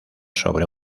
sobre